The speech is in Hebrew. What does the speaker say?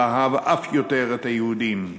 ואהב אף יותר את היהודים,